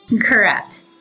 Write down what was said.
Correct